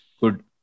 good